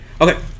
okay